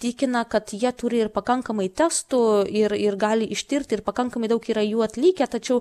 tikina kad jie turi ir pakankamai testų ir ir gali ištirt ir pakankamai daug yra jų atlikę tačiau